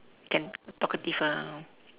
can talkative ah